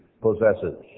possesses